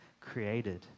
created